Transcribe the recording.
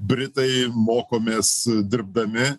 britai mokomės dirbdami